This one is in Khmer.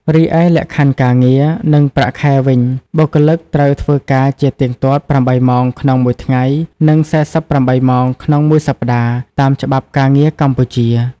រីឯលក្ខខណ្ឌការងារ និងប្រាក់ខែវិញបុគ្គលិកត្រូវធ្វើការជាទៀងទាត់ ៨ម៉ោង ក្នុងមួយថ្ងៃ និង ៤៨ម៉ោង ក្នុងមួយសប្តាហ៍ តាមច្បាប់ការងារកម្ពុជា។